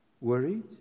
worried